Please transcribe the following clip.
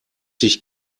sich